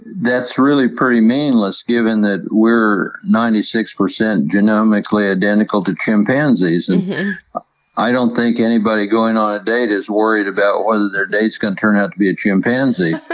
that's really pretty meaningless given that we're ninety six percent genomically identical to chimpanzees! and i don't think anybody going on a date is worried about whether their date's gonna turn out to be a chimpanzee!